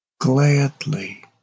gladly